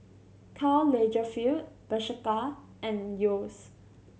Karl Lagerfeld Bershka and Yeo's